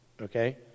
Okay